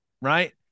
right